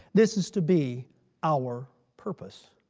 this is to be our purpose.